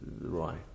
right